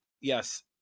yes